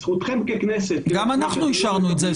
גם אנחנו אישרנו את זה.